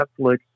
Netflix